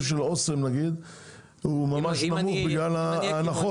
של אסם נגיד הוא ממש נמוך בגלל ההנחות?